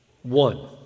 One